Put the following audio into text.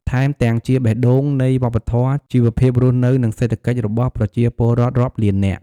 ថែមទាំងជាបេះដូងនៃវប្បធម៌ ជីវភាពរស់នៅ និងសេដ្ឋកិច្ចរបស់ប្រជាពលរដ្ឋរាប់លាននាក់។